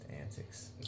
antics